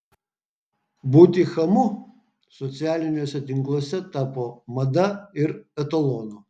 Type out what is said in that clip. būti chamu socialiniuose tinkluose tapo mada ir etalonu